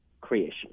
creation